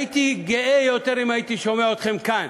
הייתי גאה יותר אם הייתי שומע אתכם כאן